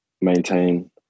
maintain